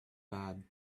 bad